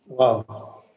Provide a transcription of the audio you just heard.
Wow